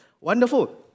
wonderful